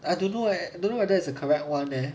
I don't know leh I don't know whether it's a correct [one] leh